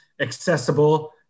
accessible